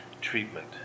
treatment